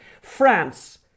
France